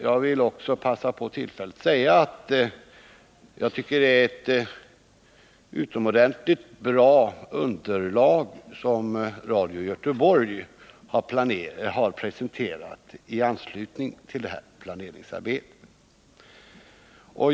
Jag vill också passa på tillfället att säga att det är ett utomordentligt bra underlag som Radio Göteborg har presenterat i anslutning till detta planeringsarbete.